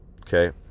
okay